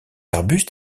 arbuste